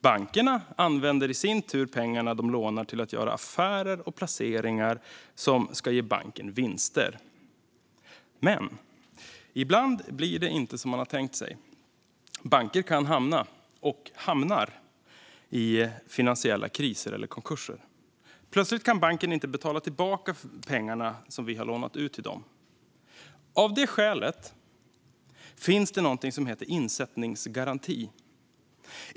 Bankerna använder i sin tur pengarna de lånar till att göra affärer och placeringar som ska ge banken vinster. Men ibland blir det inte som man tänkt sig. Banker kan hamna, och hamnar, i finansiella kriser eller konkurser. Plötsligt kan banken inte betala tillbaka pengarna som vi har lånat ut till den. Av det skälet finns det något som heter insättningsgaranti.